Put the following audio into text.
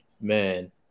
Man